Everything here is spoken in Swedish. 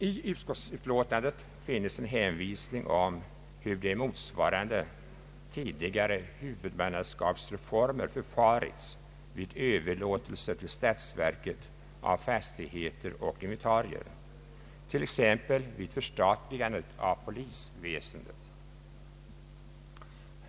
I utskottsutlåtandet finns en hänvisning om hur det i motsvarande fall vid tidigare huvudmannaskapsreformer förfarits vid överlåtelse till statsverket av fastigheter och inventarier, t.ex. vid förstatligandet av polisväsendet.